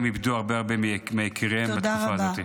איבדו הרבה הרבה מיקיריהם בתקופה הזאת.